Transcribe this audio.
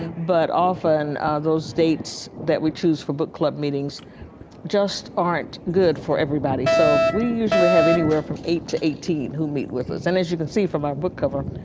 but often those dates that we choose for book club meetings just aren't good for everybody so we usually have anywhere from eight to eighteen who meet with us. um and you can see from our book cover,